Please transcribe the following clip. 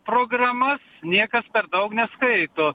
programas niekas per daug neskaito